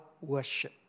worship